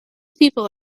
people